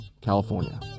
California